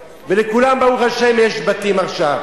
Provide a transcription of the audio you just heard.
ולכולם, ברוך השם, יש בתים עכשיו,